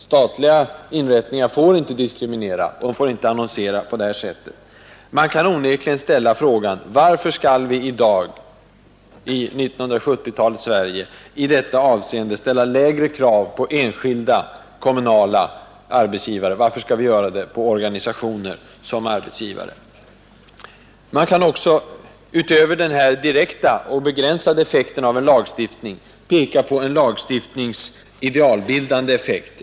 Statliga institutioner får inte annonsera på detta diskriminerande sätt. Man kan onekligen ställa frågan: Varför skall vi i 1970-talets Sverige i detta avseende ställa lägre krav på enskilda och kommunala arbetsgivare? Varför skall vi ställa lägre krav på organisationer som arbetsgivare? Man kan också, utöver den direkta och begränsade effekten av en lagstiftning, peka på en lagstiftnings idealbildande effekt.